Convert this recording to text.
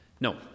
No